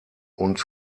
und